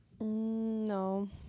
no